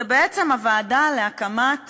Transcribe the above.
זה בעצם הוועדה להקמת